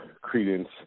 credence